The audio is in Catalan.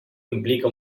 implica